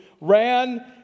ran